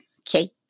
okay